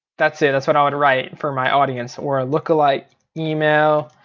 that's it, that's what i would write for my audience, or lookalike email.